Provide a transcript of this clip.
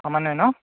সমানে ন